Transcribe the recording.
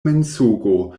mensogo